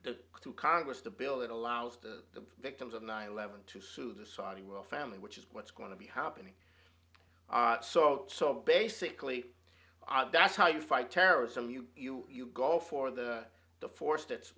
congress to belittle allows the victims of nine eleven to sue the saudi royal family which is what's going to be happening so so basically that's how you fight terrorism you you you go for the the force that's